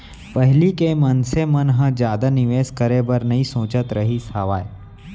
पहिली के मनसे मन ह जादा निवेस करे बर नइ सोचत रहिस हावय